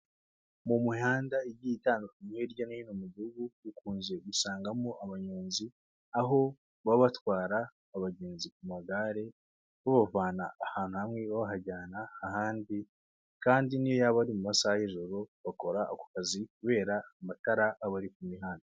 Mu mihanda igiye itandukanye hirya no hino mu gihugu, ukunze gusangamo abanyonzi aho baba batwara abagenzi ku magare babavana ahantu hamwe bahajyana ahandi. Kandi n'iyo yaba ari mu masaha y'ijoro, bakora ako kazi kubera amatara abari ku mihanda.